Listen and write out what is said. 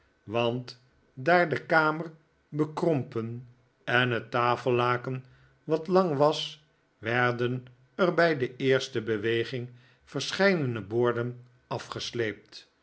want daar de kamer bekrompen en het tafellaken wat lang was werden er bij de eerste beweging verscheidene borden afgesleept